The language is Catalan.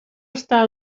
està